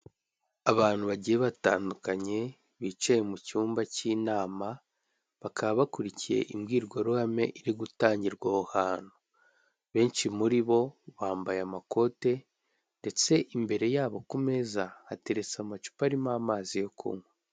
Abantu bagiye batandukanye, bicaye mu cyumba cy'inama, bakaba bakurikiye imbwirwaruhame iri gutangirwa aho hantu. Benshi muri bo bambaye amakote, ndetse imbere yabo ku meza, hateretse amacupa arimo amazi yo kunkwa.